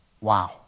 Wow